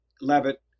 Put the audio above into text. Levitt